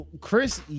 Chris